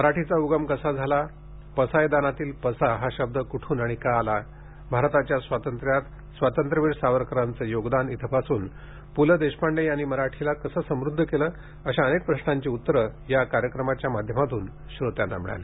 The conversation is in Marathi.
मराठीचा उगम कसा झाला पसायदानातील पसा हा शब्द कुठून आणि का आला भारताच्या स्वातंत्र्यात स्वातंत्र्यवीर सावरकरांचे योगदान इथपासून पुलं देशपांडे यांनी मराठीला कसं समृद्ध केलं अशा अनेक प्रश्नांची उत्तरे या कार्यक्रमाच्या माध्यमातून श्रोत्यांना मिळाली